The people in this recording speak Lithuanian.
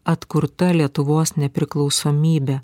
atkurta lietuvos nepriklausomybė